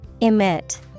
Emit